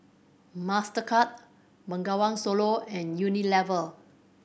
Mastercard Bengawan Solo and Unilever